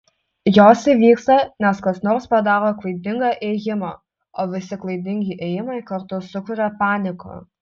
jos įvyksta nes kas nors padaro klaidingą ėjimą o visi klaidingi ėjimai kartu sukuria paniką